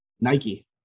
Nike